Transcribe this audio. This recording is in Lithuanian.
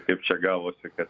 kaip čia gavosi kad